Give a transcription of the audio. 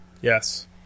yes